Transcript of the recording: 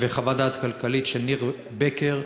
וחוות דעת כלכלית של ניר בקר,